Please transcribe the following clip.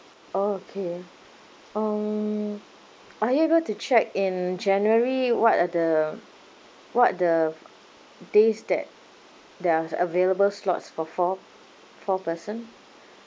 oh okay um are you able to check in january what are the what are the days that there are available slots for four four person